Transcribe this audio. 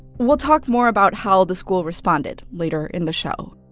we'll talk more about how the school responded later in the show